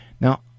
Now